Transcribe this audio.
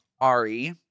Ari